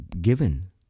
given